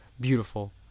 beautiful